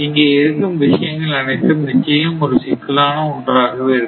இங்கே இருக்கும் விஷயங்கள் அனைத்தும் நிச்சயம் ஒரு சிக்கலான ஒன்றாகவே இருக்கும்